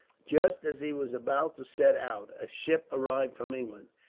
just as he was about to set out, a ship arrived from england,